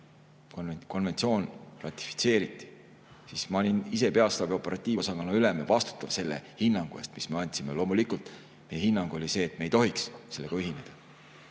konventsioon ratifitseeriti, siis ma olin ise peastaabi operatiivosakonna ülem ja vastutav selle hinnangu eest, mis me andsime. Loomulikult oli meie hinnang see, et me ei tohiks sellega ühineda.